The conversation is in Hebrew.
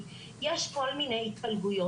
בוקר טוב לכל מי שהגיע ובוקר טוב לצופים בנו,